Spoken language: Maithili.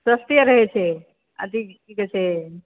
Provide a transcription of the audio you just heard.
सस्ते रहै छै आ की कहै छै